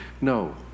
no